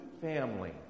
family